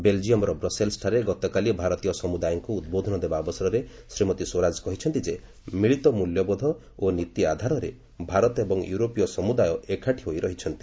ବେଲ୍ଜିୟମ୍ର ବ୍ରସେଲସ୍ଠାରେ ଗତକାଲି ଭାରତୀୟ ସମୁଦାୟଙ୍କୁ ଉଦ୍ବୋଧନ ଦେବା ଅବସରରେ ଶ୍ରୀମତୀ ସ୍ୱରାଜ କହିଛନ୍ତି ଯେ ମିଳିତ ମୂଲ୍ୟବୋଧ ଓ ନୀତି ଆଧାରରେ ଭାରତ ଏବଂ ୟୁରୋପୀୟ ସମୁଦାୟ ଏକାଠି ହୋଇ ରହିଛନ୍ତି